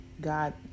god